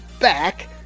back